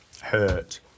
hurt